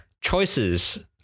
choices